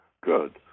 good